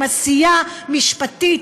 עם עשייה משפטית,